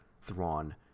Thrawn